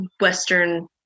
western